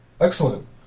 Excellent